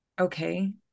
Okay